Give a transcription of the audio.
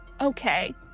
Okay